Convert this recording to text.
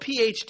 PhD